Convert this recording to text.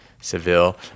Seville